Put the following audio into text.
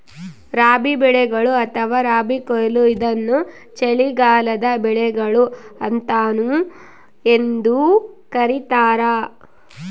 ರಬಿ ಬೆಳೆಗಳು ಅಥವಾ ರಬಿ ಕೊಯ್ಲು ಇದನ್ನು ಚಳಿಗಾಲದ ಬೆಳೆಗಳು ಅಂತಾನೂ ಎಂದೂ ಕರೀತಾರ